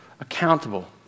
accountable